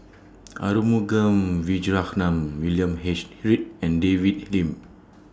Arumugam Vijiaratnam William H Read and David Lim